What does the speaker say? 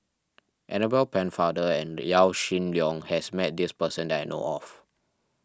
Annabel Pennefather and Yaw Shin Leong has met this person that I know of